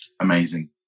Amazing